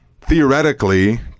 theoretically